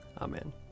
Amen